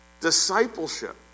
discipleship